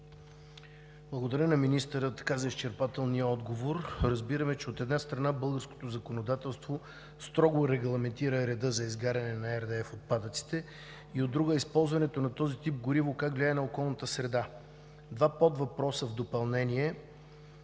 Благодаря на министъра за изчерпателния отговор. Разбираме, че, от една страна, българското законодателство строго регламентира реда за изгаряне на RDF отпадъците; от друга, използването на този тип гориво как влияе на околната среда. Два подвъпроса в допълнение: